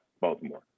Baltimore